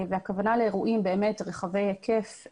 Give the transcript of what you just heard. והכוונה לאירועים רחבי היקף,